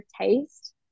taste